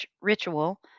ritual